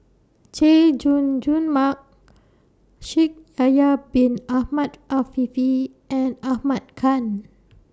Chay Jung Jun Mark Shaikh Yahya Bin Ahmed Afifi and Ahmad Khan